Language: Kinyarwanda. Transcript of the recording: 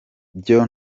byo